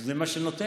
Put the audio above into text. זה מה שנותן.